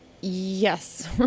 Yes